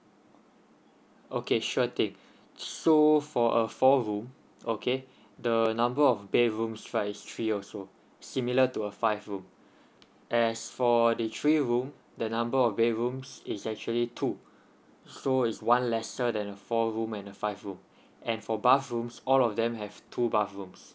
okay sure thing so for a four room okay the number of bedrooms right is three also similar to a five room as for the three room the number of bedrooms is actually two so it's one lesser then the four room and the five room and for bathrooms all of them have two bathrooms